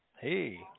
Hey